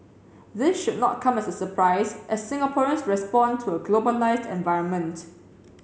this should not come as a surprise as Singaporeans respond to a globalised environment